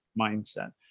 mindset